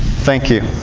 thank you.